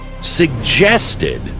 suggested